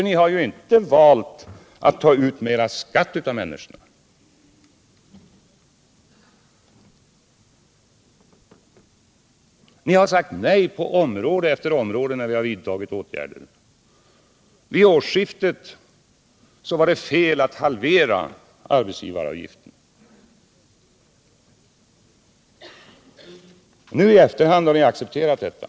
Ni föreslår inte att vi skall ta ut mera skatt av människorna, och ni har sagt nej till område efter område där vi har vidtagit åtgärder. Vid årsskiftet var det t.ex. fel att halvera arbetsgivaravgiften. Nu i efterhand har ni accepterat detta.